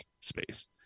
space